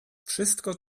wszystko